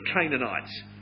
Canaanites